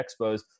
Expos